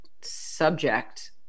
subject